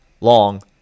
long